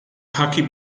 khaki